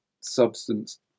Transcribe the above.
substance